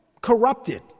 corrupted